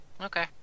Okay